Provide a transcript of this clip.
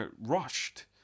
rushed